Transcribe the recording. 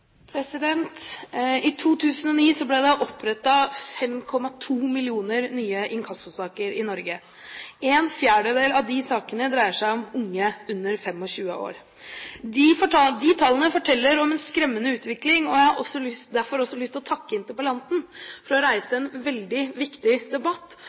I 2009 ble det opprettet 5,2 millioner nye inkassosaker i Norge. En fjerdedel av disse sakene dreier seg om unge under 25 år. Tallene forteller om en skremmende utvikling. Jeg har derfor også lyst til å takke interpellanten for å reise en veldig viktig debatt,